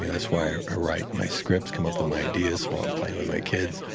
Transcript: that's why i ah write my scripts, come up with my ideas while i'm playing with my kids,